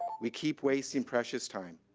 we keep wasting precious time.